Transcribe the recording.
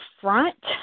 front